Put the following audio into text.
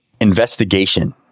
investigation